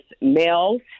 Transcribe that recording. males